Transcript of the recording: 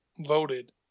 voted